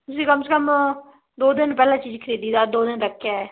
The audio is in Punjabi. ਤੁਸੀਂ ਕਮ ਸੇ ਕਮ ਦੋ ਦਿਨ ਪਹਿਲਾਂ ਚੀਜ਼ ਖਰੀਦੀ ਦਾ ਦੋ ਦਿਨ ਰੱਖਿਆ